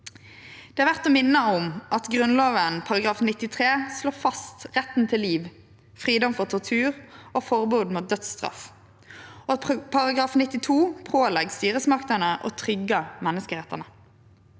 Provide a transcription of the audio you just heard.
Det er verdt å minne om at Grunnlova § 93 slår fast retten til liv, fridom for tortur og forbod mot dødsstraff, og at § 92 pålegg styresmaktene å tryggje menneskerettane.